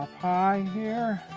pie here.